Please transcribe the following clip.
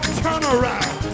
turnaround